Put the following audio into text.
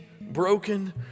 broken